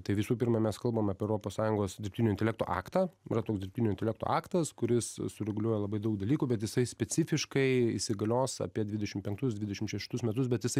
tai visų pirma mes kalbam apie europos sąjungos dirbtinio intelekto aktą yra toks dirbtinio intelekto aktas kuris sureguliuoja labai daug dalykų bet jisai specifiškai įsigalios apie dvidešim penktus dvidešim šeštus metus bet jisai